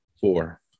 Four